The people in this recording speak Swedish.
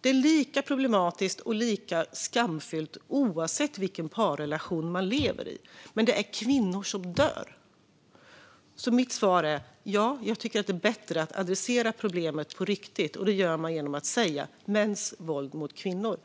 Det är lika problematiskt och lika skamfyllt oavsett vilken parrelation man lever i. Men det är kvinnor som dör. Mitt svar är: Ja, jag tycker att det är bättre att adressera problemet på riktigt. Det gör man genom att tala om mäns våld mot kvinnor.